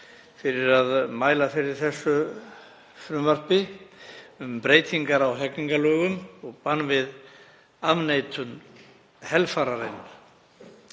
fyrir að mæla fyrir þessu frumvarpi um breytingar á hegningarlögum og bann við afneitun helfararinnar.